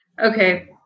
Okay